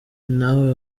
nawe